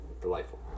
Delightful